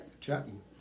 chatting